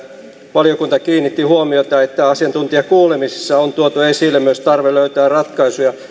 valiokunta kiinnitti huomiota että asiantuntijakuulemisissa on tuotu esille myös tarve löytää ratkaisuja